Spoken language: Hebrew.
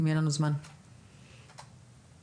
אין מספיק תנאים, זה הכל אותם מקצועות.